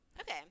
Okay